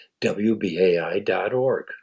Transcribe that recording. WBAI.org